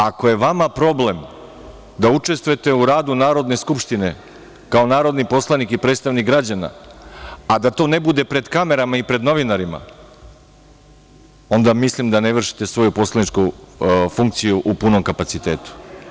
Ako vam je problem da učestvujete u radu Narodne skupštine, kao narodni poslanik i predstavnik građana, a da to ne bude pred kamerama i novinarima, onda mislim da ne vršite svoju poslaničku funkciju u punom kapacitetu.